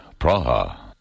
Praha